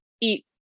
eat